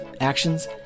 actions